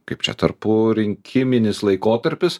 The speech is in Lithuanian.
kaip čia tarpu rinkiminis laikotarpis